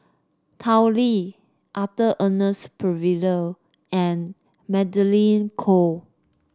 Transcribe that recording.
Tao Li Arthur Ernest Percival and Magdalene Khoo